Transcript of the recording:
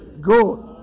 Go